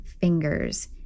fingers